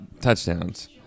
touchdowns